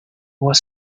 was